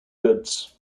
goods